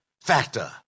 factor